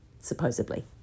Supposedly